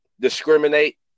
discriminate